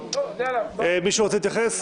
מישהו רוצה להתייחס?